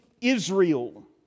Israel